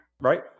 right